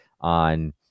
on